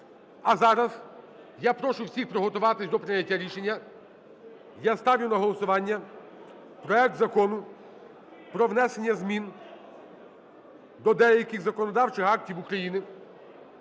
А зараз я прошу всіх приготуватись до прийняття рішення. Я ставлю на голосування проект Закону про внесення змін до деяких законодавчих актів України